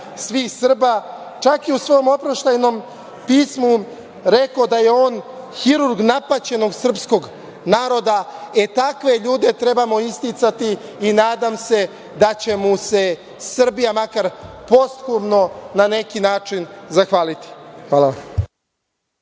svih Srba. U svom oproštajnom pismu rekao je da je on hirurg napaćenog srpskog naroda. Takve ljude trebamo isticati i nadam se da će mu se Srbija makar posthumno na neki način zahvaliti. Hvala.